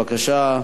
בבקשה.